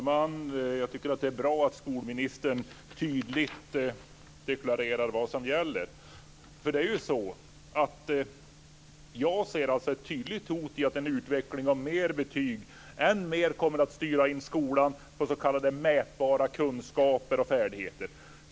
Fru talman! Det är bra att skolministern tydligt deklarerar vad som gäller. Jag ser ett tydligt hot i att en utveckling som innebär mer av betyg ännu mer kommer att styra in skolan på s.k. mätbara kunskaper och färdigheter.